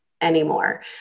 anymore